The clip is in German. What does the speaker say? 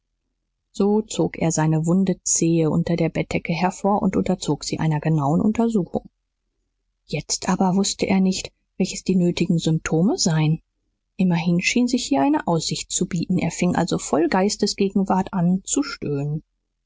so zog er seine wunde zehe unter der bettdecke hervor und unterzog sie einer genauen untersuchung jetzt aber wußte er nicht welches die nötigen symptome seien immerhin schien sich hier eine aussicht zu bieten er fing also voll geistesgegenwart an zu stöhnen